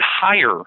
higher